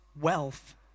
wealth